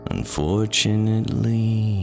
Unfortunately